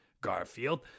Garfield